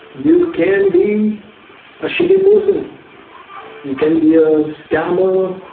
you can be a shitty person you can be a scammer.